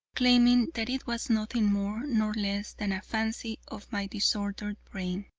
claiming that it was nothing more nor less than a fancy of my disordered brain.